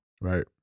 Right